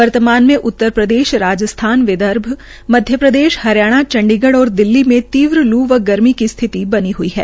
वर्तमान में उत्तरप्रदेश राजस्थान विदर्भ मध्य प्रदेश हरियाणा चंडीगढ़ और दिल्ली में तीव्र लू व गर्मी की स्थिति बनी हई है